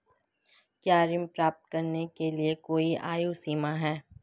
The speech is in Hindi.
क्या ऋण प्राप्त करने के लिए कोई आयु सीमा है?